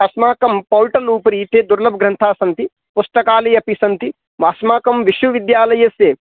अस्माकं पोर्टल् उपरि एते दुर्लभग्रन्था सन्ति पुस्तकालयेपि सन्ति अस्माकं विश्वविद्यालयस्य